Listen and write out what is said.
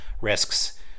risks